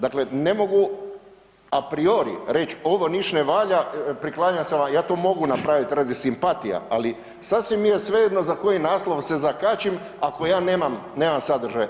Dakle, ne mogu a priori reć ovo ništ ne valja, priklanjat … ja to mogu napravit radi simpatija, ali sasvim je svejedno za koji naslov se zakačim ako ja nemam sadržaj.